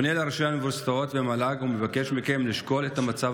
אני פונה לראשי האוניברסיטאות והמל"ג ומבקש מכם לשקול את המצב